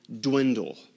dwindle